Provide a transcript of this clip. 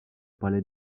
parlait